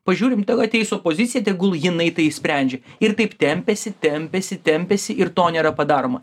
pažiūrim tegu ateis opozicija tegul jinai tai sprendžia ir taip tempėsi tempėsi tempėsi ir to nėra padaroma